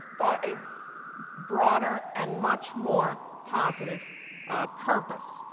for a broader and much more positive purpose.